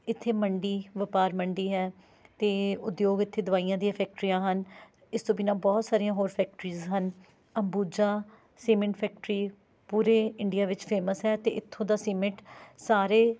ਇੱਥੇ ਮੰਡੀ ਵਪਾਰ ਮੰਡੀ ਹੈ ਅਤੇ ਉਦਯੋਗ ਇੱਥੇ ਦਵਾਈਆਂ ਦੀਆਂ ਫੈਕਟਰੀਆਂ ਹਨ ਇਸ ਤੋਂ ਬਿਨਾਂ ਬਹੁਤ ਸਾਰੀਆਂ ਹੋਰ ਫੈਕਟਰੀਸ ਹਨ ਅੰਬੂਜਾ ਸੀਮਿੰਟ ਫੈਕਟਰੀ ਪੂਰੇ ਇੰਡੀਆ ਵਿੱਚ ਫੇਮਸ ਹੈ ਅਤੇ ਇੱਥੋਂ ਦਾ ਸੀਮਿੰਟ ਸਾਰੇ